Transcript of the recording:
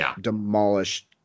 demolish –